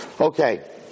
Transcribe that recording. Okay